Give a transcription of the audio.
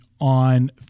on